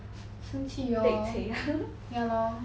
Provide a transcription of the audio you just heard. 生气 lor